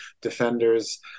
Defenders